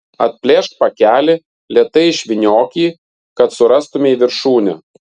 atplėšk pakelį lėtai išvyniok jį kad surastumei viršūnę